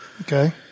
Okay